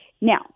Now